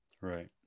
Right